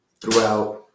throughout